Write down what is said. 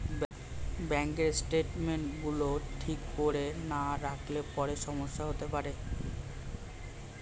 ব্যাঙ্কের স্টেটমেন্টস গুলো ঠিক করে না রাখলে পরে সমস্যা হতে পারে